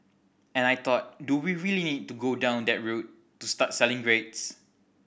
and I thought do we really to go down their route to start selling grades